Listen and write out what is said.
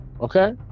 okay